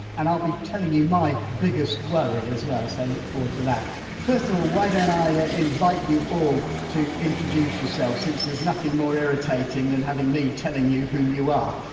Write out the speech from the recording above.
and i'll be telling you my biggest worry as well, so i look forward to that first of all, why don't i ah invite you all to introduce yourselves, since there's nothing more irritating than having me telling you who you are!